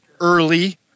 early